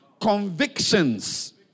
Convictions